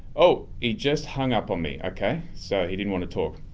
oh he just hung up on me. okay, so he didn't want to talk.